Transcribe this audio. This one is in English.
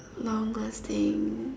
long lasting